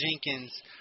Jenkins